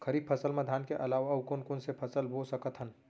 खरीफ फसल मा धान के अलावा अऊ कोन कोन से फसल बो सकत हन?